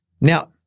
Now